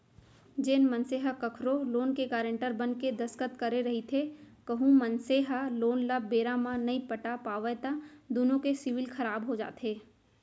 जेन मनसे ह कखरो लोन के गारेंटर बनके दस्कत करे रहिथे कहूं मनसे ह लोन ल बेरा म नइ पटा पावय त दुनो के सिविल खराब हो जाथे